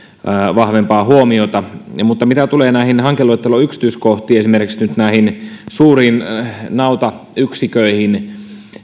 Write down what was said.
vahvempaa huomiota mutta mitä tulee näihin hankeluettelon yksityiskohtiin esimerkiksi nyt näihin suuriin nautayksiköihin